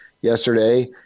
yesterday